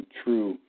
true